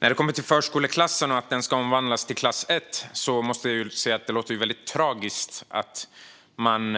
När det kommer till förskoleklassen och att den ska omvandlas till klass 1 är det tragiskt att man